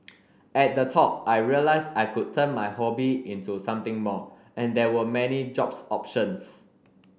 at the talk I realised I could turn my hobby into something more and there were many jobs options